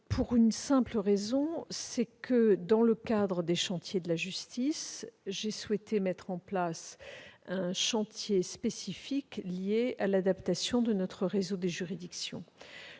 Gouvernement ? Dans le cadre des chantiers de la justice, j'ai souhaité mettre en place un chantier spécifique dédié à l'adaptation de notre réseau des juridictions.